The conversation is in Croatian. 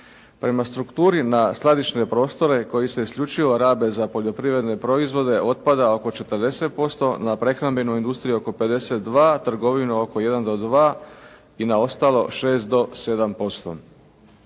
Prema strukturi na skladišne prostore koji se isključivo rabe za poljoprivredne proizvode otpada oko 40%, na prehrambenu industriju oko 52, trgovinu oko 1 do 2 i na ostalo 6